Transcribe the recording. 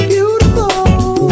Beautiful